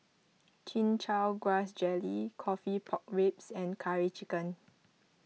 Chin Chow Grass Jelly Coffee Pork Ribs and Curry Chicken